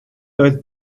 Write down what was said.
oedd